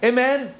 Amen